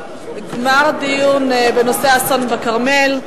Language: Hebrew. גמר הדיון בנושא: האסון בכרמל.